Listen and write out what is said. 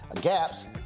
gaps